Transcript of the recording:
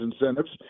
incentives